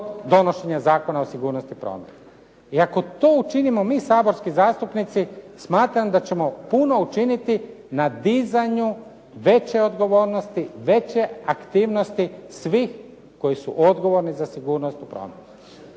donošenja Zakona o sigurnosti prometa. I ako učinimo mi saborski zastupnici, smatram da ćemo puno učiniti na dizanju veće odgovornosti, veće aktivnosti svih koji su odgovorni za sigurnost u prometu.